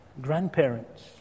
grandparents